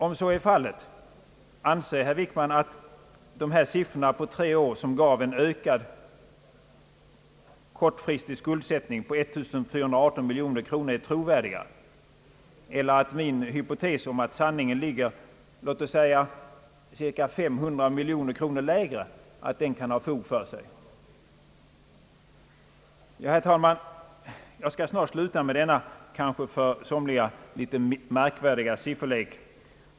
Om så är fallet — anser herr Wickman att de siffror som på tre år gav en ökad »kortfristig» skuldsättning på 1418 miljoner är trovärdiga, eller att min hypotes att sanningen ligger låt mig säga 500 miljoner kronor lägre kan ha fog för sig? Herr talman! Jag skall snart lämna denna kanske för somliga litet märkvärdiga sifferlek.